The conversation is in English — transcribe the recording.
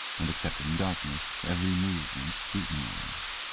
and, except in darkness, every movement scrutinized.